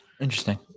Interesting